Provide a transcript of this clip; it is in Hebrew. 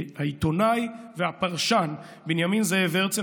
שהעיתונאי והפרשן בנימין זאב הרצל,